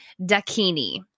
Dakini